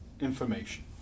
information